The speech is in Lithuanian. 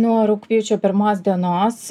nuo rugpjūčio pirmos dienos